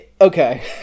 Okay